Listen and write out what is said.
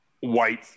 white